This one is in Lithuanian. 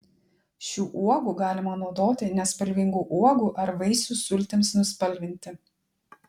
šių uogų galima naudoti nespalvingų uogų ar vaisių sultims nuspalvinti